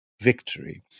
victory